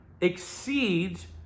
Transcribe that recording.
exceeds